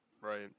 Right